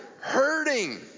hurting